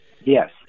Yes